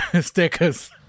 stickers